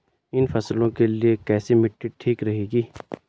इन फसलों के लिए कैसी मिट्टी ठीक रहेगी?